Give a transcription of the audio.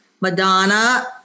Madonna